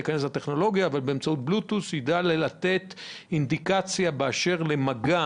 שבאמצעות בלוטוס הוא ידע לתת אינדיקציה באשר למגע